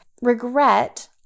Regret